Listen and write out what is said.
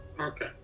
okay